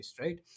right